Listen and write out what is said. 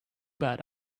bad